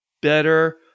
better